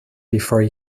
before